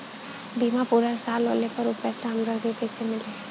बीमा पूरा होले पर उ पैसा हमरा के कईसे मिली?